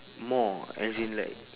more as in like